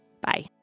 Bye